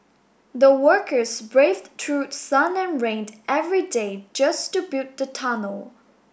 the workers braved through sun and rain every day just to build the tunnel